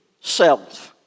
self